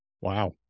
Wow